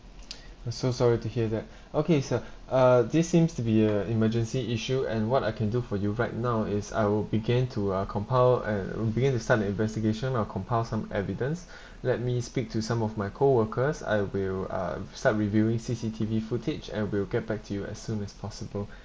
I'm so sorry to hear that okay sir uh this seems to be a emergency issue and what I can do for you right now is I'll begin to uh compile and will begin to start an investigation I'll compile some evidence let me speak to some of my co-workers I will uh start reviewing C_C_T_V footage and we'll get back to you as soon as possible